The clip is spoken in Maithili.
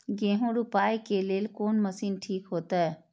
गेहूं रोपाई के लेल कोन मशीन ठीक होते?